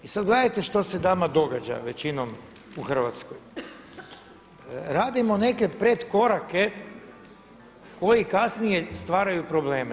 I sada gledajte što se nama događa većinom u Hrvatskoj, radimo neke predkorake koji kasnije stvaraju probleme.